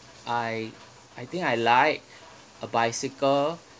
I I think I like a bicycle